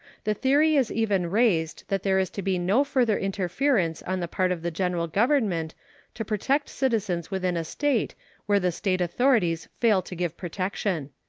the theory is even raised that there is to be no further interference on the part of the general government to protect citizens within a state where the state authorities fail to give protection.